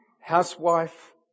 housewife